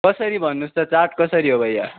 कसरी भन्नु होस् त चाट कसरी हो भैया